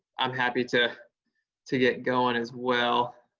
i'm happy to to get going as well.